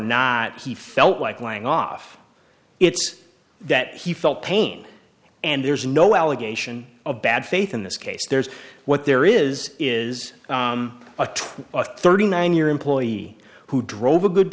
not he felt like lying off it's that he felt pain and there's no allegation of bad faith in this case there's what there is is a twenty or thirty nine year employee who drove a good